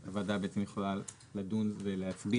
אז הוועדה בעצם יכולה לדון ולהצביע,